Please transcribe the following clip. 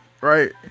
right